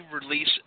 release